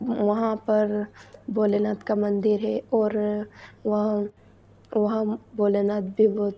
वहाँ पर भोलेनाथ का मंदिर है और वहाँ वहाँ भोलेनाथ भी बहुत